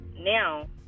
now